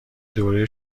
دوره